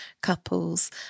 couples